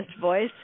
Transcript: voice